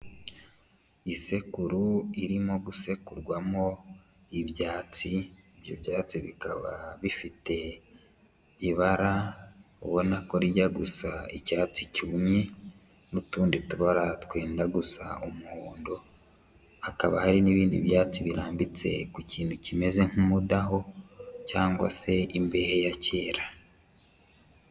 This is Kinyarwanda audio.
Isekuru irimo gusekurwamo ibyatsi, ibyo byatsi bikaba bifite ibara ubona ko rijya gusa icyatsi cyumye n'utundi tubara twenda gusa umuhondo, hakaba hari n'ibindi byatsi birambitse ku kintu kimeze nk'umudaho cyangwa se imbehe ya kera.